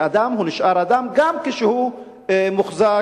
שאדם נשאר אדם גם כשהוא מוחזק,